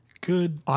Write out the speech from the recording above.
good